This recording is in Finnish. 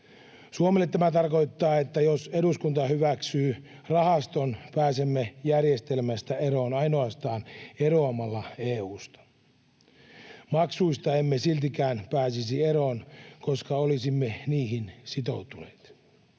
Suomelle tämä tarkoittaa, että jos eduskunta hyväksyy rahaston, pääsemme järjestelmästä eroon ainoastaan eroamalla EU:sta. Maksuista emme siltikään pääsisi eroon, koska olisimme niihin sitoutuneet.